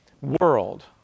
world